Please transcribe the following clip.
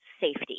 safety